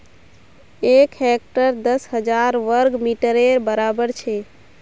एक हेक्टर दस हजार वर्ग मिटरेर बड़ाबर छे